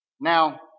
Now